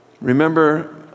Remember